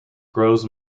grows